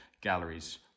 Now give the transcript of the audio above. galleries